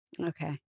Okay